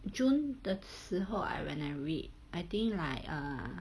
june 的时候 I when I read I think like err